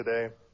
today